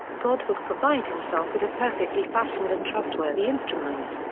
god would provide himself with a perfectly fashioned and trustworthy instrument.